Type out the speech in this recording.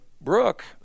Brooke